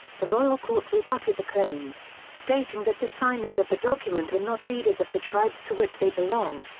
the royal court rebutted the claims, stating that the signers of the document are not leaders of the tribes to which they belong.